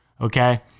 okay